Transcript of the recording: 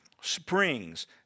springs